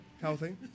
healthy